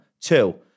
Two